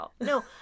No